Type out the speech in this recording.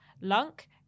Lunk